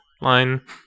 line